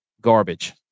garbage